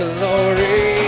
Glory